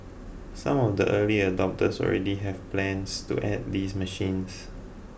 some of the early adopters already have plans to add these machines